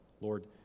Lord